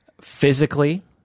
Physically